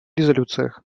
резолюциях